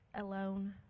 Alone